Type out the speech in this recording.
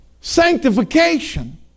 sanctification